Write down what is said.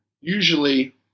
usually